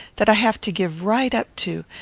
that i have to give right up to.